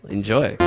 Enjoy